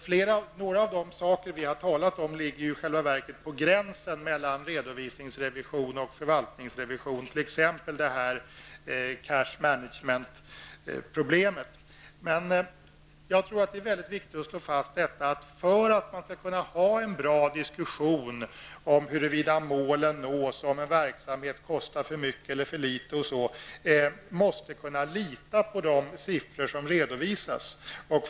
Flera av de saker vi har talat om ligger i själva verket på gränsen mellan redovisnings och förvaltningsrevision, t.ex. problemet med cash management. Jag tror dock det är viktigt att slå fast att för att man skall kunna ha en bra diskussion om huruvida målen nås, om en verksamhet kostar för mycket eller för litet osv., måste man kunna lita på de siffror som redovisas.